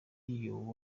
you